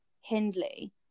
Hindley